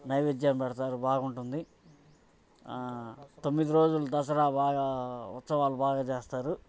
నైవేద్యం పెడతారు బాగుంటుంది తొమ్మిది రోజులు దసరా బాగా ఉత్సవాలు బాగా చేస్తారు